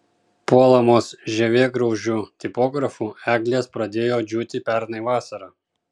puolamos žievėgraužių tipografų eglės pradėjo džiūti pernai vasarą